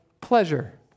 pleasure